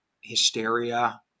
hysteria